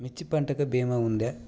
మిర్చి పంటకి భీమా ఉందా?